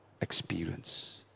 experience